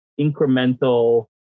incremental